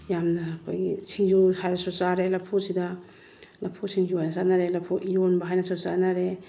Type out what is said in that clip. ꯌꯥꯝꯅ ꯑꯩꯈꯣꯏꯒꯤ ꯁꯤꯡꯖꯨ ꯍꯥꯏꯔꯁꯨ ꯆꯥꯔꯦ ꯂꯐꯨꯁꯤꯗ ꯂꯐꯨ ꯁꯤꯡꯖꯨ ꯍꯥꯏꯅ ꯆꯥꯟꯅꯔꯦ ꯂꯐꯨ ꯏꯔꯣꯝꯕ ꯍꯥꯏꯅꯁꯨ ꯆꯥꯟꯅꯔꯦ